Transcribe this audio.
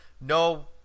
no